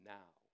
now